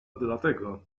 dlatego